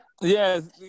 Yes